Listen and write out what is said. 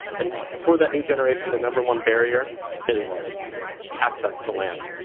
and for that new generation the number one barrier is access to land.